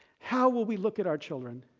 how will we look at our children,